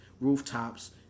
rooftops